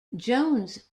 jones